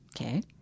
Okay